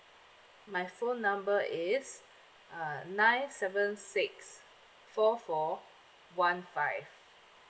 my phone number is uh nine seven six four four one five